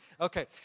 Okay